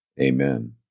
Amen